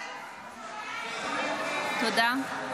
תודה.